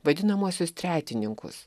vadinamuosius tretininkus